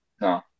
No